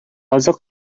азык